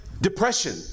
depression